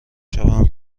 شوم